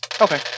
Okay